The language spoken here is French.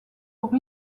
pour